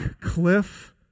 cliff